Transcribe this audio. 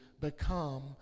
become